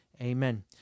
Amen